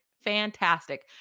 fantastic